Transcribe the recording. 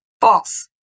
False